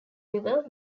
river